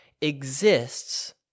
exists